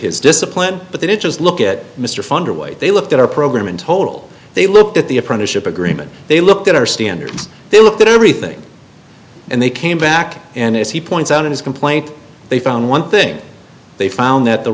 his discipline but they didn't just look at mr funder way they looked at our program in total they looked at the apprenticeship agreement they looked at our standard they looked at everything and they came back and as he points out in his complaint they found one thing they found that the